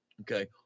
okay